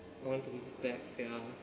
I want to move back sia